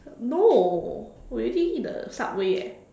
no we already eat the subway eh